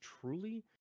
truly